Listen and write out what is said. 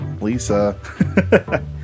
Lisa